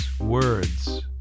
words